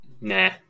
Nah